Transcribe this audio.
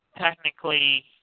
technically